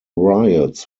riots